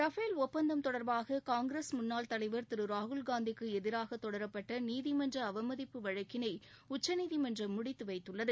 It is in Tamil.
ரபேல் ஒப்பந்தம் தொடர்பாக காங்கிரஸ் முன்னாள் தலைவர் திரு ராகுல்காந்திக்கு எதிராக தொடரப்பட்ட நீதிமன்ற அவமதிப்பு வழக்கினை உச்சநீதிமன்றம் முடித்து வைத்துள்ளது